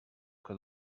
que